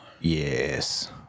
Yes